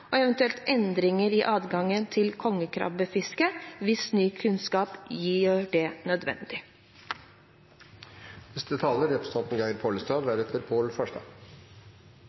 og eventuelle endringer i adgangen til kongekrabbefiske hvis ny kunnskap gjør det nødvendig.